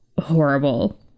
horrible